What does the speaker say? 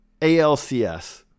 ALCS